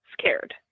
scared